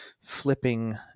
flipping